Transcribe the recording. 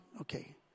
okay